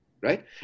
right